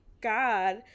god